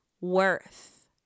worth